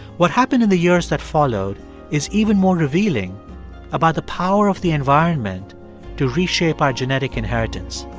what happened in the years that followed is even more revealing about the power of the environment to reshape our genetic inheritance